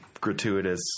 gratuitous